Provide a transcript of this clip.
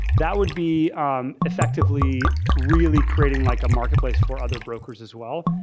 that would be um effectively really creating like a marketplace for other brokers as well.